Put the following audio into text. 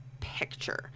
picture